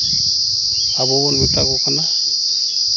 ᱟᱵᱚ ᱵᱚᱱ ᱢᱮᱛᱟ ᱠᱚ ᱠᱟᱱᱟ